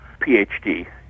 PhD